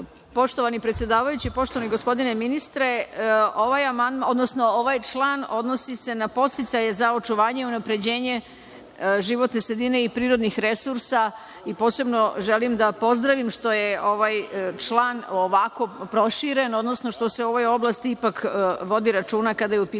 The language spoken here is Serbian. Poštovani predsedavajući, poštovani gospodine ministre, ovaj član odnosi se na podsticaje za očuvanje i unapređenje životne sredine i prirodnih resursa. Posebno želim da pozdravim što je ovaj član ovako proširen, odnosno što se o ovoj oblasti ipak vodi računa kada je u pitanju